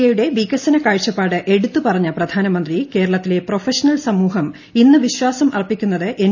എയുടെ വികസന കാഴ്ചപ്പാട് എടുത്തു പറഞ്ഞ പ്രശ്യാനമന്ത്രി കേരളത്തിലെ പ്രൊഫഷണൽ സമൂഹം ഇന്ന് പ്രിശ്ചാസം അർപ്പിക്കുന്നത് എൻ